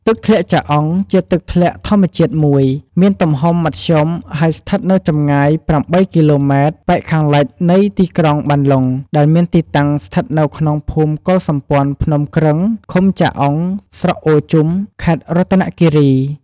ទឹកធ្លាក់ចាអុងជាទឹកធ្លាក់ធម្មជាតិមួយ មានទំហំមធ្យមហើយស្ថិតនៅចម្ងាយ ប្រាំបីគីឡូម៉ែត្រប៉ែកខាងលិចនៃទីក្រុងបានលុងដែលមានទីតាំងស្ថិតនៅក្នុងភូមិកុលសម្ព័ន្ធភ្នំគ្រឹង ឃុំចាអុង ស្រុកអូរជុំ ខេត្តរតនគិរី។។